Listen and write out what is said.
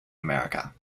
america